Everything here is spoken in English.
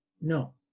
no